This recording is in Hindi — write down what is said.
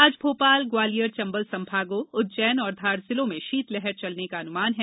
आज भोपाल ग्वालियर चम्बल संभागों उज्जैन और धार जिलों में शीत लहर चलने का अनुमान है